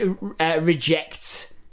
reject